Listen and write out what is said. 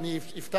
אם הוא יהיה פה.